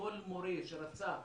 כל מורה שרצה להשתלם,